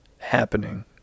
happening